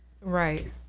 right